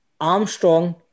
Armstrong